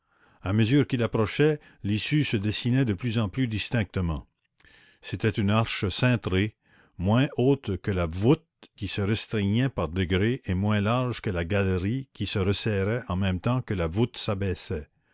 à mesure qu'il approchait l'issue se dessinait de plus en plus distinctement c'était une arche cintrée moins haute que la voûte qui se restreignait par degrés et moins large que la galerie qui se resserrait en même temps que la voûte s'abaissait